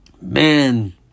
man